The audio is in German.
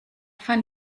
fand